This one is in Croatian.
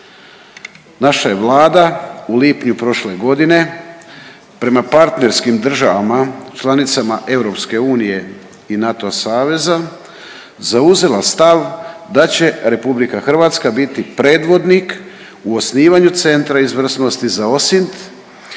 Naša je Vlada u lipnju prošle godine prema partnerskim državama članicama EU i NATO saveza zauzela stav da će RH biti predvodnik u osnivanju Centra izvrsnosti za OSINT